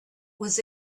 was